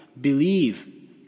Believe